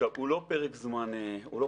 עכשיו, הוא לא פרק זמן ארוך.